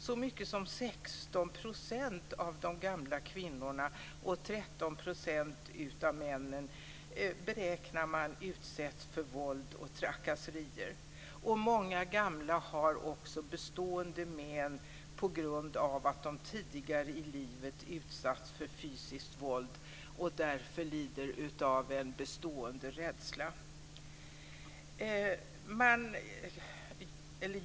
Så mycket som 16 % av de gamla kvinnorna och 13 % av männen beräknar man utsätts för våld och trakasserier. Många gamla har också bestående men på grund av att de tidigare i livet utsatts för fysiskt våld och därför lider av en bestående rädsla.